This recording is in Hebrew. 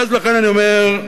לכן אני אומר,